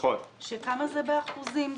כמה זה באחוזים?